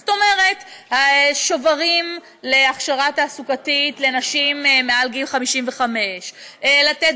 זאת אומרת שוברים להכשרה תעסוקתית לנשים מעל גיל 55. לתת